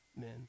men